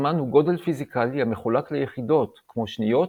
זמן הוא גודל פיזיקלי המחולק ליחידות כמו שניות,